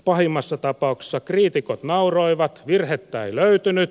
pahimmassa tapauksessa kriitikot nauroivat virhettä ei löytynyt